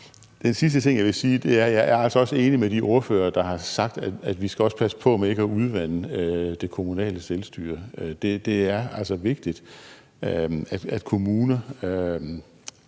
Den sidste ting, jeg vil sige, er, at jeg altså også er enig med de ordførere, der har sagt, at vi også skal passe på med ikke at udvande det kommunale selvstyre. Det er altså vigtigt, at kommuner